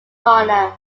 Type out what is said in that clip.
honour